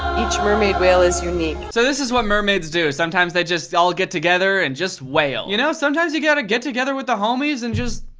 each mermaid wail is unique. so this is what mermaids do. sometimes they just all get together and just wail. you know, sometimes you gotta get together with the homies and just